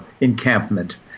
encampment